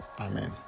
Amen